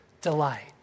delight